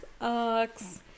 ox